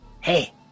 Hey